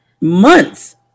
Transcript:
Months